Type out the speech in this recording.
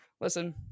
listen